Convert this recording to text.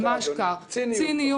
ממש כך, ציניות.